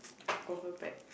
confirm pack